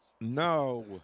No